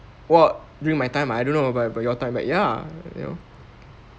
what during my time ah I don't know about about your time but ya you know